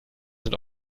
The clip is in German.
sind